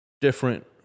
different